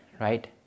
right